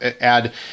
add